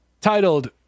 titled